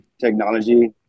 technology